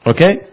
Okay